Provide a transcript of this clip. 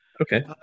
Okay